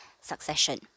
succession